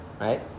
right